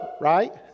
right